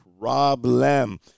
problem